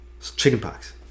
chickenpox